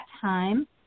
time